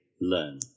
learn